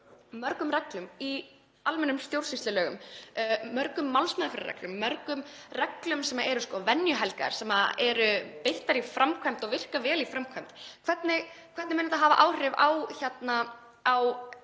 mörgum reglum í almennum stjórnsýslulögum, mörgum málsmeðferðarreglum, mörgum reglum sem eru venjuhelgaðar sem er beitt í framkvæmd og virka vel í framkvæmd. Hvernig mun þetta hafa áhrif á bara